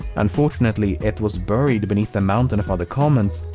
unfortunately, it was buried beneath a mountain of other comments,